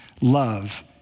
love